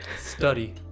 Study